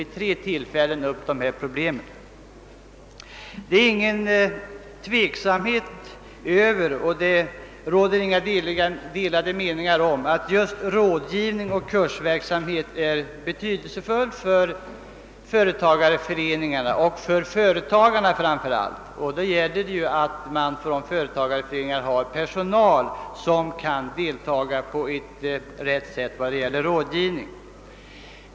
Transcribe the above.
Det råder inga delade meningar om att just rådgivning och kursverksamhet är betydelsefulla för företagareföreningarna och framför allt för företagarna. Då måste ju företagareföreningarna ha personal som på rätt sätt kan delta i fråga om rådgivning.